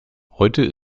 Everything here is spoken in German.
heute